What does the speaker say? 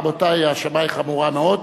רבותי, ההאשמה היא חמורה מאוד.